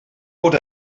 bod